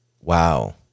wow